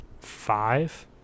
five